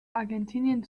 argentinien